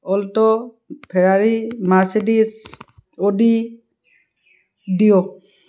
alto Ferrari Mercedes Audi dio